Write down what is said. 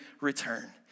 return